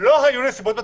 לא היו נסיבות מצדיקות,